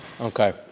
Okay